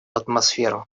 атмосферу